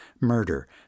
murder